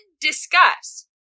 Discuss